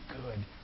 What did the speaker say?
good